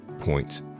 point